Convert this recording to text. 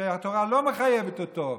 שהתורה לא מחייבת אותו.